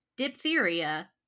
diphtheria